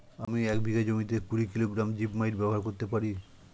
আমি এক বিঘা জমিতে কুড়ি কিলোগ্রাম জিপমাইট ব্যবহার করতে পারি?